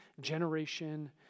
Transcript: generation